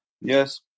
Yes